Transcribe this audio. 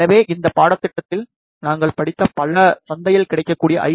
எனவே இந்த பாடத்திட்டத்தில் நாங்கள் படித்த பல சந்தையில் கிடைக்கக்கூடிய ஐ